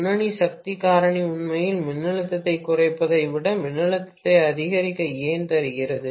முன்னணி சக்தி காரணி உண்மையில் மின்னழுத்தத்தைக் குறைப்பதை விட மின்னழுத்தத்தை அதிகரிக்க ஏன் தருகிறது